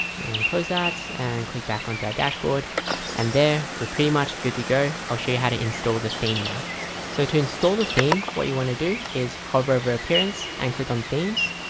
and close that and click back onto our dashboard and there we're pretty much good to go i'll show you how to install the theme now so to install the theme what you want to do is hover over appearance and click on themes